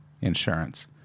insurance